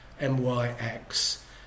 MYX